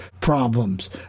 problems